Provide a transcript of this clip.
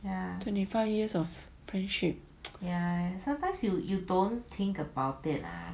yeah twenty five years of friendship